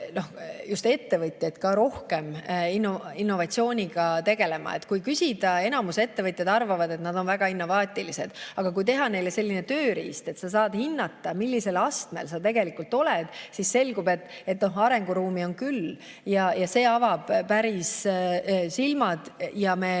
ettevõtjaid rohkem innovatsiooniga tegelema. Kui küsida, siis enamik ettevõtjaid arvab, et nad on väga innovaatilised, aga kui teha neile selline tööriist, mille abil sa saad hinnata, millisel astmel sa tegelikult oled, siis selgub, et arenguruumi on küll. See avab silmad. Me